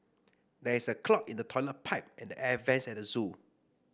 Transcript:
there is a clog in the toilet pipe and the air vents at the zoo